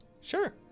Sure